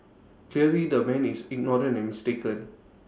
clearly the man is ignorant and mistaken